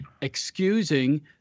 excusing